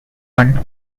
one